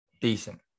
Decent